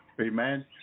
amen